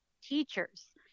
teachers